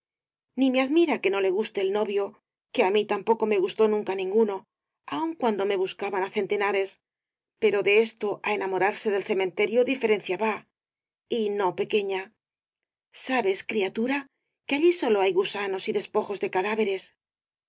ni me admira que no le guste el novio que á mí tampoco me gustó nunca ninguno aun cuando me buscaban á centenares pero de esto á enamorarse del cementerio diferencia va y no pequeña sabes criatura que allí sólo hay gusanos y despojos de cadáveres